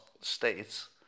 states